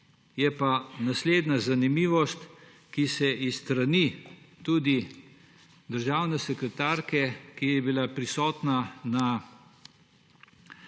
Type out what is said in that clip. kaže naslednja zanimivost. Tudi s strani državne sekretarke, ki je bila prisotna na